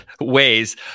ways